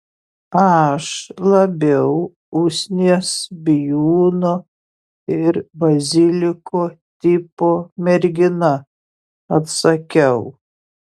aš labiau usnies bijūno ir baziliko tipo mergina atsakiau